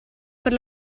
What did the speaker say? per